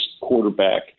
quarterback